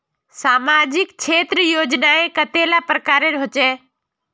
सामाजिक क्षेत्र योजनाएँ कतेला प्रकारेर होचे?